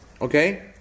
Okay